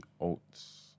oats